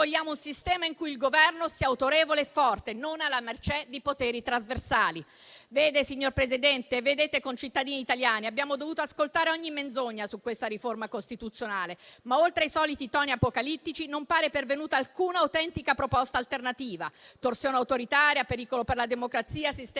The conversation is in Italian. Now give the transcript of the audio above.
Signor Presidente, concittadini italiani, abbiamo dovuto ascoltare ogni menzogna su questa riforma costituzionale, ma oltre ai soliti toni apocalittici, non pare pervenuta alcuna autentica proposta alternativa. Torsione autoritaria, pericolo per la democrazia, sistema